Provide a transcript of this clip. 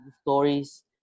stories